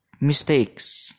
mistakes